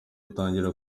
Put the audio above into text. utangira